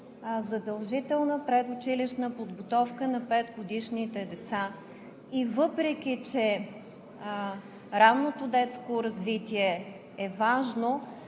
задължителна предучилищна подготовка на петгодишните деца. Въпреки че ранното детско развитие е важно,